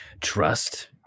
trust